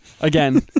Again